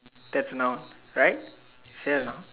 that's not right sure not